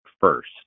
first